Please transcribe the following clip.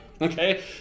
Okay